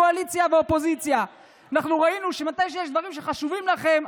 קואליציה ואופוזיציה: ראינו שמתי שיש דברים שחשובים לכם,